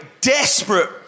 Desperate